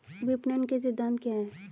विपणन के सिद्धांत क्या हैं?